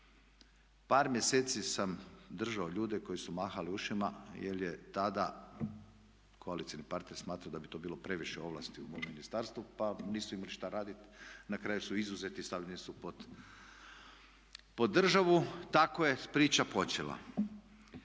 Par mjeseci sam držao ljude koji su mahali ušima jer je tada koalicioni parter smatrao da bi to bilo previše ovlasti u mom ministarstvu pa nisu imali šta raditi. Na kraju su izuzeti i stavljeni su pod državu. Tako je priča počela.